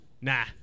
nah